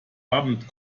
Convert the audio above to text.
abend